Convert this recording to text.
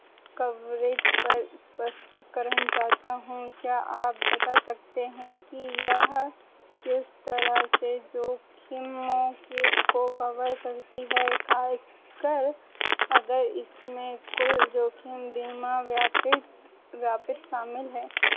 coverage पर स्पष्टीकरण चाहता हूँ क्या आप बता सकते हैं कि यह किस तरह से जोखिमों के को कवर करती है खासकर अगर इसमें कुल जोखिम बीमा व्याप्ति व्यापित शामिल है